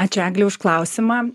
ačiū egle už klausimą